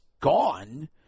gone